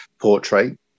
portrait